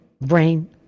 brain